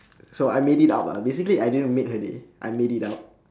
so I made it up lah basically I didn't make her day I made it up